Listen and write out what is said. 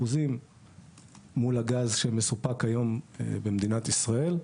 מול הגז שמסופק היום במדינת ישראל,